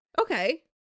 Okay